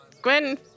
Gwen